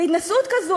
בהתנשאות כזאת,